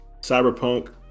Cyberpunk